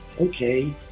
okay